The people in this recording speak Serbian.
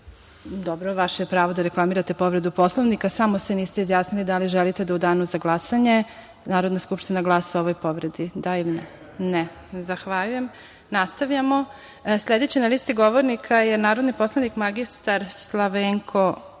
skupštine. Vaše je pravo da reklamirate povredu Poslovnika, samo se niste izjasnili da li želite da u danu za glasanje Narodna skupština glasa o ovoj povredi?(Đorđe Komlenski: Ne.)Zahvaljujem. Nastavljamo. Sledeći na listi govornika je narodni poslanik mr Slavenko